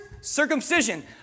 circumcision